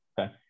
Okay